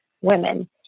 women